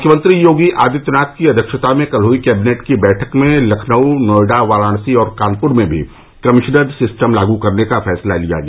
मुख्यमंत्री योगी आदित्यनाथ की अध्यक्षता में कल हुई कैबिनटे की बैठक में लखनऊ नोएडा वाराणसी और कानपुर में भी कमिश्नर सिस्टम लागू करने का र्फेसला लिया गया